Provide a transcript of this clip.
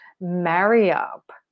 marry-up